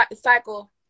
cycle